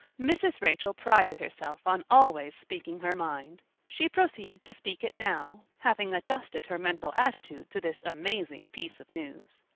mrs. rachel prided herself on always speaking her mind she proceeded to speak it now, having adjusted her mental attitude to this amazing piece of news.